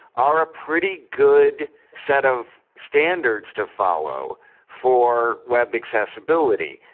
are a pretty good set of standards to follow for web accessibility.